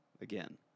again